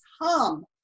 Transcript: hum